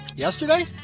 Yesterday